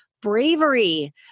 bravery